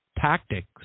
tactics